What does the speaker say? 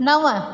नव